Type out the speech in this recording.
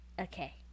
Okay